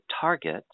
target